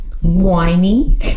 whiny